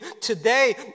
today